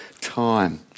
time